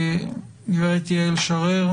הגברת יעל שרר,